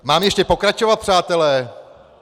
Mám ještě pokračovat, přátelé?